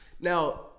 Now